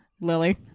Lily